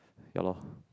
ya lor